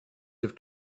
have